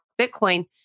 Bitcoin